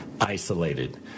isolated